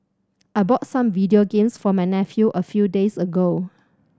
I bought some video games for my nephew a few days ago